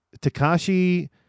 Takashi